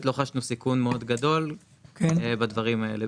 לא חשנו סיכון מאוד גדול בדברים האלה.